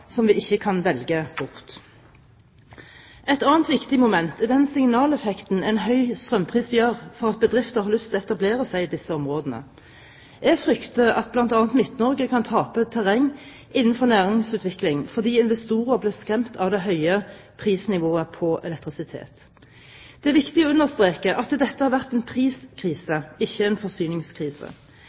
vare vi ikke kan velge bort. Et annet viktig moment er den signaleffekten en høy strømpris gir for om bedrifter har lyst til å etablere seg i disse områdene. Jeg frykter at bl.a. Midt-Norge kan tape terreng innenfor næringsutvikling, fordi investorer blir skremt av det høye prisnivået på elektrisitet. Det er viktig å understreke at dette har vært en priskrise, ikke en forsyningskrise.